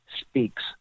Speaks